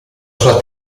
sua